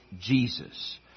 Jesus